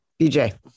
BJ